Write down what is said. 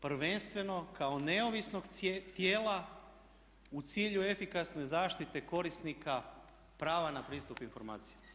Prvenstveno kao neovisnog tijela u cilju efikasne zaštite korisnika prava na pristup informacijama.